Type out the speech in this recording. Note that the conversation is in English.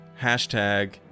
hashtag